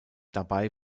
dabei